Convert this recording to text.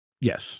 Yes